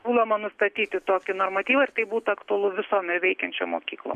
siūloma nustatyti tokį normatyvą ir tai būtų aktualu visom ir veikiančiom mokyklom